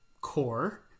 core